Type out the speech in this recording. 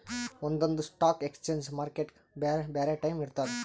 ಒಂದೊಂದ್ stock exchange ಮಾರ್ಕೆಟ್ಗ್ ಬ್ಯಾರೆ ಬ್ಯಾರೆ ಟೈಮ್ ಇರ್ತದ್